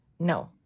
No